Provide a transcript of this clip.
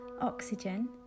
oxygen